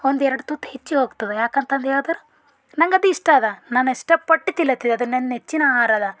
ಒಂದು ಎರಡು ತುತ್ತು ಹೆಚ್ಚಿಗೆ ಹೋಗ್ತದೆ ಯಾಕಂತಂದು ಹೇಳಿದ್ರೆ ನಂಗೆ ಅದು ಇಷ್ಟ ಅದ ನಾನು ಇಷ್ಟಪಟ್ಟು ತಿನ್ಲತ್ತಿದೆ ಅದು ನನ್ನ ನೆಚ್ಚಿನ ಆಹಾರ ಅದ